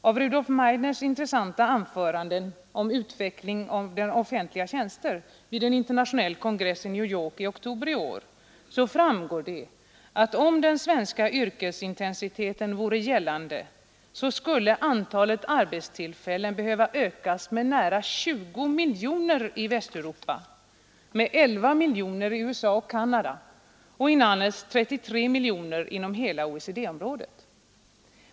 Av Rudolf Meidners intressanta anförande om utvecklingen av offentliga tjänster vid en internationell kongress i New York i oktober i år framgår det att för att komma upp i den svenska yrkesintensiteten skulle antalet arbetstillfällen behöva ökas med nära 20 miljoner i Västeuropa, med 11 miljoner i USA och Canada och med inalles 33 miljoner inom hela OECD-området.